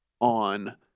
on